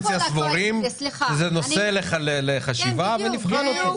סבורים שזה נושא לחשיבה ונבחן אותו.